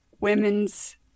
women's